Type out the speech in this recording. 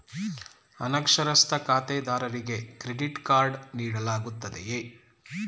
ಅನಕ್ಷರಸ್ಥ ಖಾತೆದಾರರಿಗೆ credit card ನೀಡಲಾಗುತ್ತದೆಯೇ?